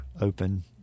open